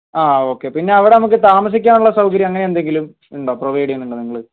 ആ ഓക്കെ പിന്നെ അവിടെ നമുക്ക് താമസിക്കാനുള്ള സൗകര്യം അങ്ങനെ എന്തെങ്കിലും ഉണ്ടോ പ്രൊവൈഡ് ചെയ്യുന്നുണ്ടോ നിങ്ങൾ